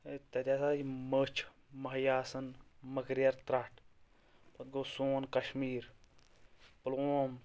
ہیے تَتہِ ہَسا چھِ مٔچھ مَہہِ آسان مکریر ترٛٹھ پَتہٕ گوٚو سون کشمیٖر پُلہٕ ووم